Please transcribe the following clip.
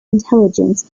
intelligence